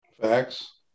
Facts